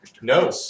No